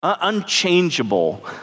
unchangeable